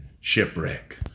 shipwreck